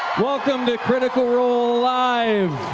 welcome to critical role live.